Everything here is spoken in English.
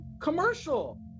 commercial